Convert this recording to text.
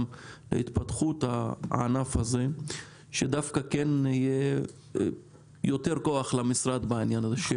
גם להתפתחות הענף הזה שדווקא כן יהיה יותר כוח למשרד בעניין הזה,